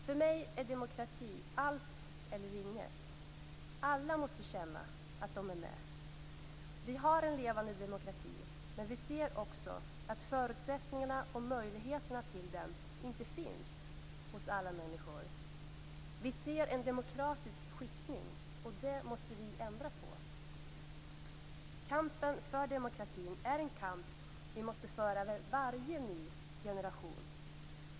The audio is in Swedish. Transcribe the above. För mig är demokrati allt eller inget. Alla måste känna att de är med. Vi har en levande demokrati, men vi ser också att förutsättningarna och möjligheterna till den inte finns hos alla människor. Vi ser en demokratisk skiktning, och den måste vi ändra på. Kampen för demokratin är en kamp vi måste föra vid varje ny generation.